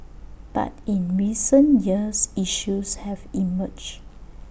but in recent years issues have emerged